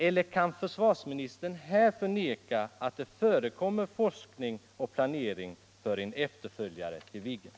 Eller kanske kan försvarsministern här förneka att det förekommer forskning och planering för en efterföljare till Viggen?